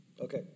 Okay